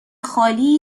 خالی